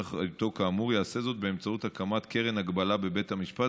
אחריותו כאמור יעשה זאת באמצעות הקמת קרן הגבלה בבית המשפט,